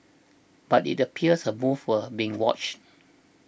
but it appears her moves were being watched